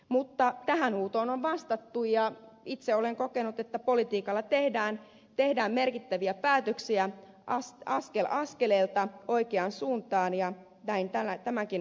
mutta tähän huutoon on vastattu ja itse olen kokenut että politiikalla tehdään merkittäviä päätöksiä askel askeleelta oikeaan suuntaan ja näin tämänkin hallituksen aikana